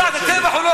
ביצעת טבח.